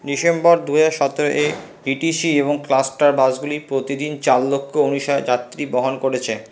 December দু হাজার সতেরো এ ডিটিসি এবং ক্লাস্টার বাসগুলি প্রতিদিন চার লক্ষ ঊনিশ হাজার যাত্রী বহন করেছে